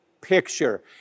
picture